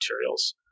materials